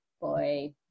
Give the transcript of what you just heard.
boy